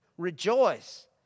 rejoice